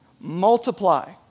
multiply